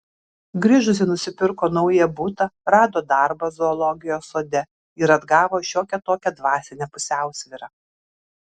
grįžusi nusipirko naują butą rado darbą zoologijos sode ir atgavo šiokią tokią dvasinę pusiausvyrą